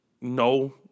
No